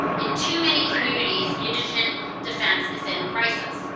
in too many communities, indigent defense is in crisis,